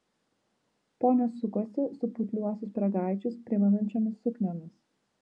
ponios sukosi su putliuosius pyragaičius primenančiomis sukniomis